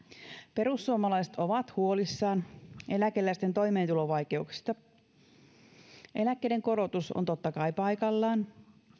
perussuomalaiset ovat huolissaan eläkeläisten toimeentulovaikeuksista eläkkeiden korotus on totta kai paikallaan